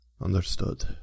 Understood